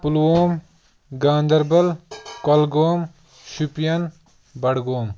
Pulwama Ganderbal Kulgam Shopian Budgam